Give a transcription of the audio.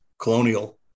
colonial